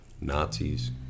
Nazis